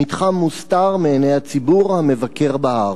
המתחם מוסתר מעיני הציבור המבקר בהר.